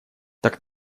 так